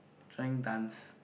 line dance